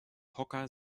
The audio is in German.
hocker